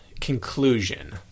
conclusion